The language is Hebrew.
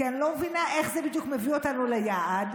כי אני לא מבינה איך זה בדיוק מביא אותנו ליעד,